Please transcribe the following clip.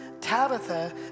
Tabitha